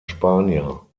spanier